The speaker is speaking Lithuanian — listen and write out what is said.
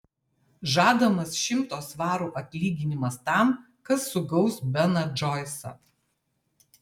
žadamas šimto svarų atlyginimas tam kas sugaus beną džoisą